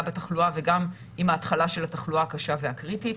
בתחלואה וגם עם ההתחלה של התחלואה הקשה והקריטית.